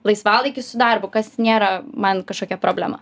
laisvalaikis su darbu kas nėra man kažkokia problema